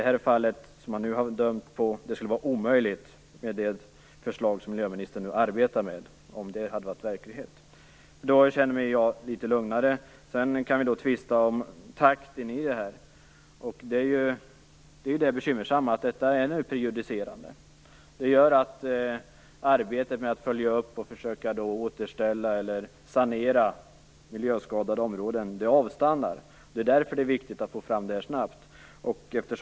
Domen i det fall som vi nu diskuterar skulle vara omöjlig om det förslag som miljöministern nu arbetar med hade varit verklighet. Detta gör att jag känner mig litet lugnare. Sedan kan vi tvista om takten för det här. Det som är bekymmersamt är ju att detta nu är prejudicerande. Det gör att arbetet med att följa upp och försöka återställa eller sanera miljöskadade områden avstannar. Det är därför det är viktigt att få fram det här snabbt.